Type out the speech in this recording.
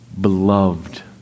beloved